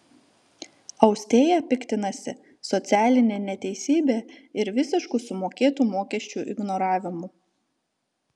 austėja piktinasi socialine neteisybe ir visišku sumokėtų mokesčių ignoravimu